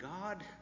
God